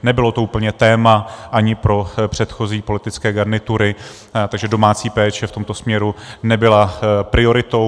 Nebylo to úplně téma ani pro předchozí politické garnitury, takže domácí péče v tomto směru nebyla prioritou.